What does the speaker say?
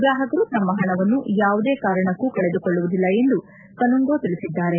ಗ್ರಾಹಕರು ತಮ್ಮ ಹಣವನ್ನು ಯಾವುದೇ ಕಾರಣಕ್ಕೂ ಕಳೆದುಕೊಳ್ಳುವುದಿಲ್ಲ ಎಂದು ಕನುಂಗೊ ತಿಳಿಸಿದ್ದಾರೆ